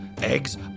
eggs